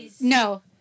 No